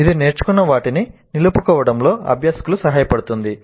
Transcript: ఇది నేర్చుకున్న వాటిని నిలుపుకోవడంలో అభ్యాసకులకు సహాయపడుతుంది